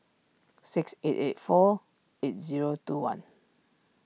six eight eight four eight zero two one